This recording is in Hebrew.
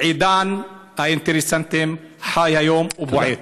עידן האינטרסנטים חי היום ובועט.